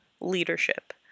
leadership